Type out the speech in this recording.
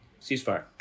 ceasefire